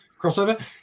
crossover